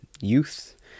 youth